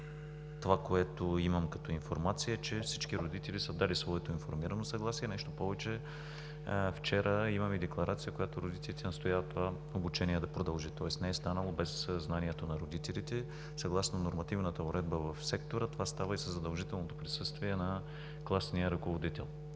Това, което имам като информация, е, че всички родители са дали своето информирано съгласие. Нещо повече – от вчера имаме декларация, в която родителите настояват това обучение да продължи, тоест не е станало без знанието на родителите. Съгласно нормативната уредба в сектора това става и със задължителното присъствие на класния ръководител.